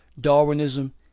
Darwinism